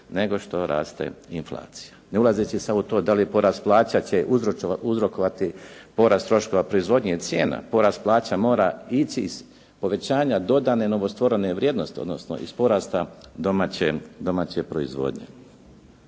nego što raste inflacija, ne ulazeći sad u to da li porast plaća će uzrokovati porast troškove proizvodnje cijena. Porast plaća mora ići s povećanja dodane novostvorene vrijednosti, odnosno iz porasta domaće proizvodnje.